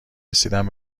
رسیدن